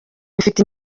bifite